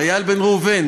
איל בן ראובן,